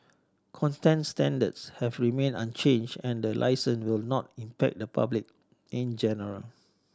standards have remained unchanged and the licence will not impact the public in general